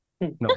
no